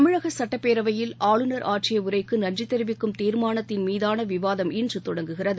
தமிழகசட்டப்பேரவையில் ஆற்றியஉரைக்குநன்றிதெரிவிக்கும் தீர்மானத்தின் ஆளுநர் மீதானவிவாதம் இன்றுதொடங்குகிறது